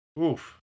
Oof